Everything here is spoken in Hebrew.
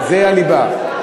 זה הליבה.